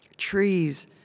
trees